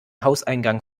hauseingang